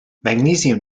magnesium